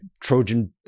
Trojan